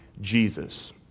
Jesus